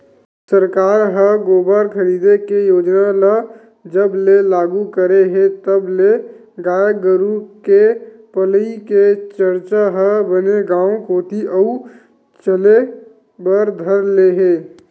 सरकार ह गोबर खरीदे के योजना ल जब ले लागू करे हे तब ले गाय गरु के पलई के चरचा ह बने गांव कोती अउ चले बर धर ले हे